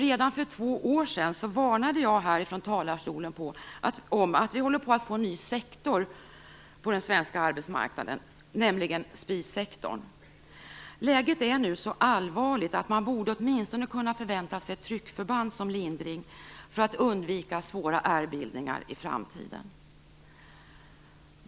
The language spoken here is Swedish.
Redan för två år sedan varnade jag härifrån talarstolen för att vi håller på att få en ny sektor på den svenska arbetsmarknaden, nämligen spissektorn. Läget är nu så allvarligt att man åtminstone borde kunna förvänta sig tryckförband som lindring för att undvika svåra ärrbildningar i framtiden.